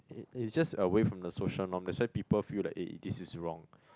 it is just away from the social norm that's why people feel like eh this is wrong